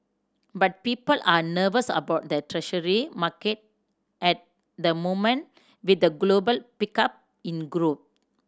but people are nervous about the Treasury market at the moment with a global pickup in growth